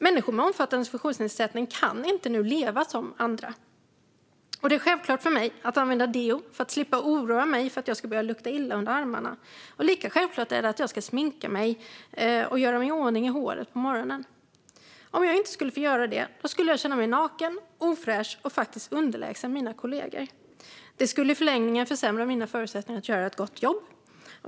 Människor med omfattande funktionsnedsättning kan nu inte leva som andra. Det är självklart för mig att använda deo för att slippa oroa mig för att jag ska börja lukta illa under armarna. Lika självklart är det att sminka mig och göra mig i ordning i håret på morgonen. Om jag inte skulle få göra det skulle jag känna mig naken, ofräsch och faktiskt underlägsen mina kollegor. Det skulle i förlängningen försämra mina förutsättningar att göra ett gott jobb.